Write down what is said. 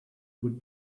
would